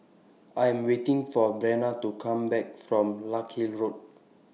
I Am waiting For Breana to Come Back from Larkhill Road